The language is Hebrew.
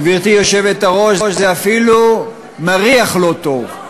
גברתי היושבת-ראש, זה אפילו מריח לא טוב.